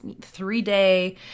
three-day